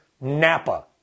NAPA